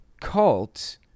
cult